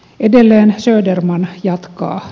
edelleen söderman jatkaa